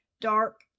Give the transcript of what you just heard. Dark